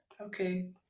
okay